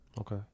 Okay